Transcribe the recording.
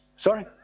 Sorry